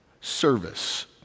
service